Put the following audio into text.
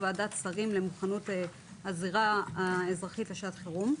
ועדת שרים למוכנות הזירה האזרחית לשעת חירום.